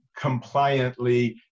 compliantly